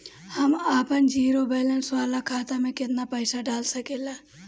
हम आपन zero balance वाला खाता मे केतना पईसा डाल सकेला?